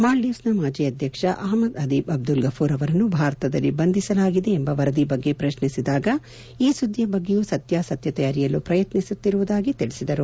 ಮಾಲ್ಜೀವ್ಸ್ನ ಮಾಜಿ ಅಧ್ಯಕ್ಷ ಅಹಮದ್ ಅದೀಬ್ ಅಬ್ಲುಲ್ ಗಘೂರ್ ಅವರನ್ನು ಭಾರತದಲ್ಲಿ ಬಂಧಿಸಲಾಗಿದೆ ಎಂಬ ವರದಿ ಬಗ್ಗೆ ಪ್ರಶ್ನಿಸಿದಾಗ ಈ ಸುದ್ದಿಯ ಬಗ್ಗೆಯು ಸತ್ಯಾಸತ್ಯತೆ ಅರಿಯಲು ಪ್ರಯತ್ನಿಸುತ್ತಿರುವುದಾಗಿ ತಿಳಿಸಿದರು